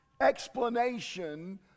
explanation